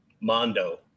Mondo